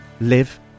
live